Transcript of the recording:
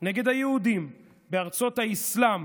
נגד היהודים בארצות האסלאם